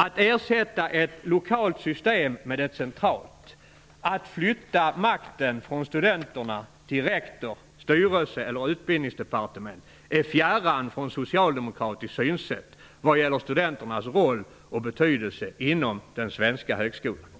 Att ersätta ett lokalt system med ett centralt, att flytta makten från studenterna till rektorer, styrelser eller Utbildningsdepartementet, är fjärran från ett socialdemokratiskt synsätt vad gäller studenternas roll och betydelse inom den svenska högskolan.